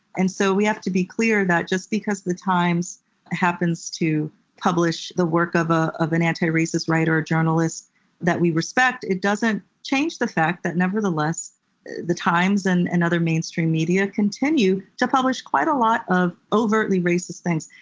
and so we have to be clear that just because the times happens to publish the work of ah of an anti-racist writer or a journalist that we respect, it doesn't change the fact that nevertheless the times and and other mainstream media continue to publish quite a lot of overtly racist things.